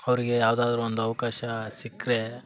ಅವರಿಗೆ ಯಾವ್ದಾದ್ರು ಒಂದು ಅವಕಾಶ ಸಿಕ್ಕರೆ